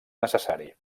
necessari